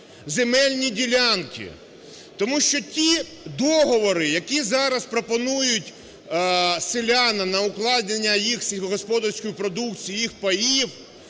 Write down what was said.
земельні ділянки. Тому що ті договори, які зараз пропонують селянам на укладення їх сільськогосподарської продукції, їх паїв,